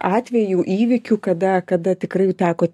atvejų įvykių kada kada tikrai teko